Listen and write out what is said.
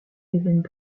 deviennent